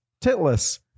Titless